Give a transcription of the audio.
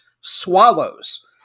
Swallows